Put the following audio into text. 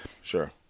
sure